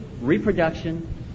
reproduction